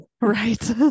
right